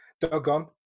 Doggone